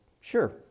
sure